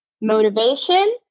motivation